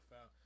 out